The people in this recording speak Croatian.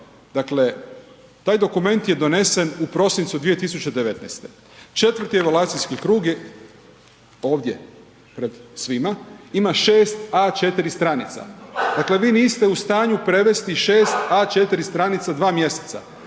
Dakle, taj dokument je donesen u prosincu 2019., 4-ti evaluacijski krug je ovdje pred svima, ima 6 A4 stranica, dakle vi niste u stanju prevesti 6 A4 stranica dva mjeseca.